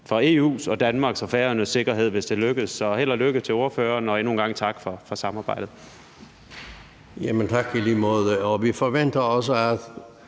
for EU's, Danmarks og Færøernes sikkerhed, hvis det lykkes. Så held og lykke til ordføreren, og endnu en gang tak for samarbejdet.